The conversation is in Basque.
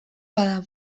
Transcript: bada